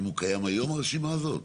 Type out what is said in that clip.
אם הוא קיים היום, הרשימה הזאת?